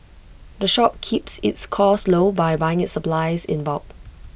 the shop keeps its costs low by buying its supplies in bulk